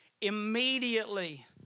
immediately